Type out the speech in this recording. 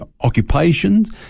occupations